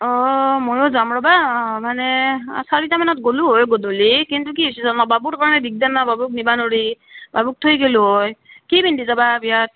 অঁ ময়ো যাম ৰবা মানে চাৰিটা মানত গ'লো হয় গধূলি কিন্তু কি হৈছে জানা বাবুৰ কাৰণে দিগদাৰ হৈছি বাবুক নিবা নৰি বাবুক থৈ গেলো হয় কি পিন্ধি যাবা বিয়াত